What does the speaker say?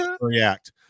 react